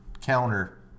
counter